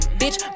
bitch